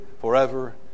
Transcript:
forever